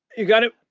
you got him?